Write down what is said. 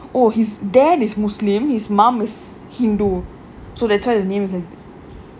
oh his dad is muslim is mama's hindu so that's why the name